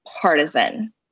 partisan